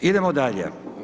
Idemo dalje.